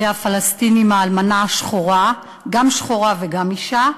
הפלסטינים "האלמנה השחורה" גם שחורה וגם אישה,